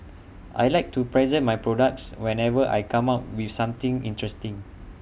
I Like to present my products whenever I come up with something interesting